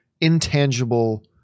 intangible